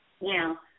Now